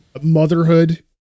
motherhood